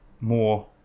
more